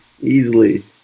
Easily